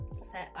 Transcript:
set